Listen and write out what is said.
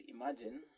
imagine